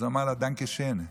אז הוא אמר לה: דנקה שיין,